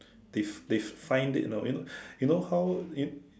they they find it you know you know how you